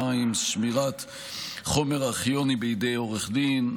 42) (שמירת חומר ארכיוני בידי עורך דין),